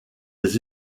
des